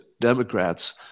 Democrats